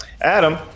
Adam